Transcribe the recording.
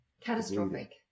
Catastrophic